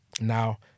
now